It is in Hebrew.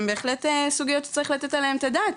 הן בהחלט סוגיות שצריך לתת עליהן את הדעת,